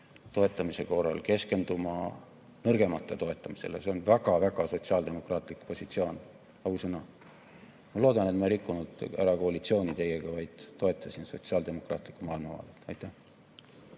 toetamise korral keskenduma nõrgemate toetamisele. See on väga-väga sotsiaaldemokraatlik positsioon, ausõna. Ma loodan, et ma ei rikkunud ära koalitsiooni teiega, vaid toetasin sotsiaaldemokraatlikku maailmavaadet. Eduard